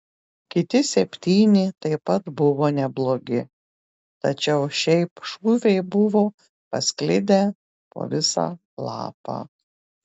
kiti septyni taip pat buvo neblogi tačiau šiaip šūviai buvo pasklidę po visą lapą